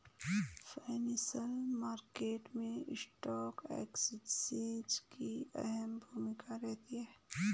financial market मैं stock exchange की अहम भूमिका रहती है